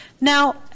Now